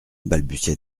balbutia